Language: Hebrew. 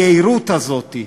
היהירות הזאת,